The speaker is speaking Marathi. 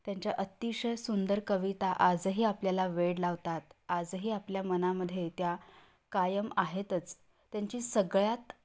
त्यांच्या अतिशय सुंदर कविता आजही आपल्याला वेड लावतात आजही आपल्या मनामध्ये त्या कायम आहेतच त्यांची सगळ्यात